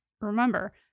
Remember